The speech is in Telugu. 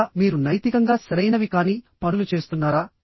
లేదా మీరు నైతికంగా సరైనవి కాని పనులు చేస్తున్నారా